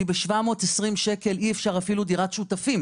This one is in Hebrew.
כי ב-780 שקל אי אפשר לשכור אפילו דירת שותפים.